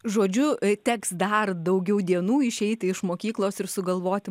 žodžiu teks dar daugiau dienų išeiti iš mokyklos ir sugalvoti